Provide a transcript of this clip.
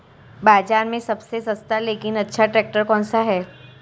बाज़ार में सबसे सस्ता लेकिन अच्छा ट्रैक्टर कौनसा है?